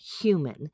human